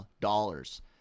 dollars